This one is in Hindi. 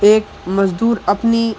एक मजदूर अपनी